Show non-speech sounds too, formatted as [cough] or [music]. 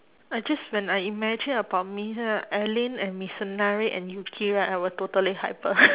I just when I imagine about me uh alyn and mitsunari and yuki right I will totally hyper [breath]